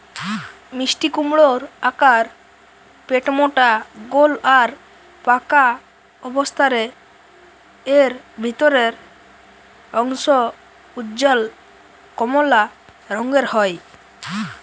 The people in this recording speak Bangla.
মিষ্টিকুমড়োর আকার পেটমোটা গোল আর পাকা অবস্থারে এর ভিতরের অংশ উজ্জ্বল কমলা রঙের হয়